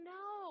no